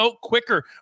quicker